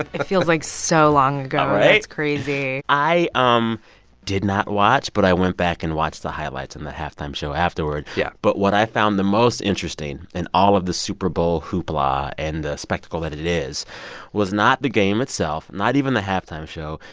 it it feels like so long ago right? it's crazy i um did not watch, but i went back and watched the highlights in the halftime show afterwards yeah but what i found the most interesting in all of the super bowl hoopla and the spectacle that it it is was not the game itself, not even the halftime show.